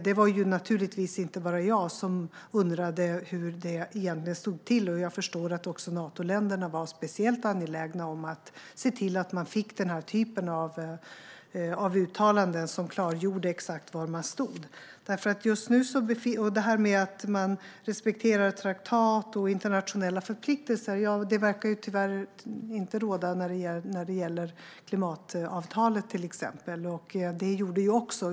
Det var inte bara jag som undrade hur det egentligen stod till. Givetvis var Natoländerna speciellt angelägna om att få uttalanden som klargjorde exakt var USA stod. Att respektera traktat och internationella förpliktelser verkar tyvärr inte gälla beträffande till exempel klimatavtalet.